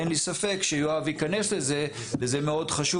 אין לי ספק שיואב ייכנס לזה וזה מאוד חשוב.